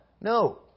no